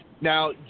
Now